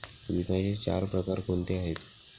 विम्याचे चार प्रकार कोणते आहेत?